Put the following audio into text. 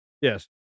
Yes